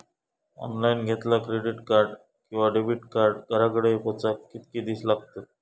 Online घेतला credit card किंवा debit card घराकडे पोचाक कितके दिस लागतत?